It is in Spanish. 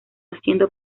haciendo